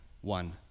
one